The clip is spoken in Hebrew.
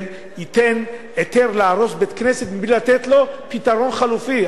ייתן היתר להרוס בית-כנסת בלי לתת לו פתרון חלופי.